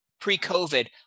pre-COVID